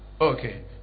okay